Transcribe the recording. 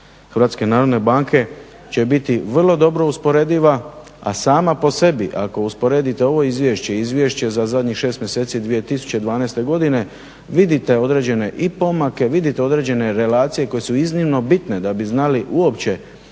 guvernera HNB-a će biti vrlo dobro usporediva, a sama po sebi ako usporedite ovo izvješće i izvješće za zadnjih 6 mjeseci 2012.godine vidite i određene pomake, vidite određene relacije koje su iznimno bitne da bi znali uopće